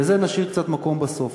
לזה נשאיר קצת מקום בסוף,